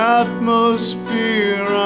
atmosphere